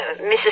Mrs